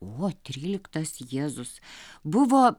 o tryliktas jėzus buvo